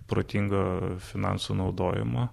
protingo finansų naudojimo